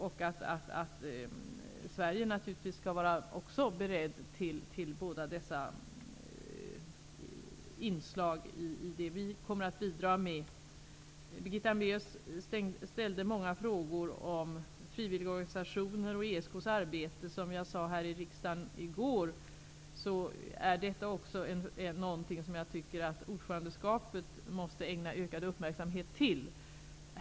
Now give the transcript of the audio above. Sverige skall naturligtvis också vara berett till båda dessa inslag i det som vi kommer att bidra med. Birgitta Hambraeus ställde många frågor om frivilligorganisationer och ESK:s arbete. Som jag sade här i riksdagen i går är detta också något som jag tycker att ordförandeskapet måste ägna ökad uppmärksamhet åt.